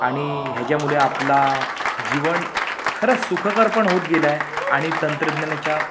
आणि ह्याच्यामुळे आपला जीवन खरंच सुखकर पण होत गेलं आहे आणि तंत्रज्ञानाच्या